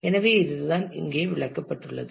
எனவே இதுதான் இங்கே விளக்கப்பட்டுள்ளது